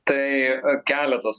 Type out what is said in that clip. tai keletas